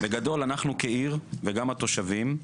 בגדול, אנחנו כעיר, וגם התושבים,